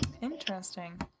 Interesting